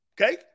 Okay